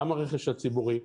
גם הרכש הציבורי,